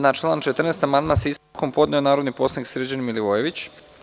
Na član 14. amandman sa ispravkom je podneo narodni poslanik Srđan Milivojević.